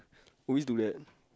always do that